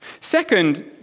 Second